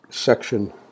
section